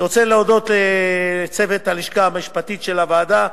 אני רוצה להודות לצוות הלשכה המשפטית של הוועדה,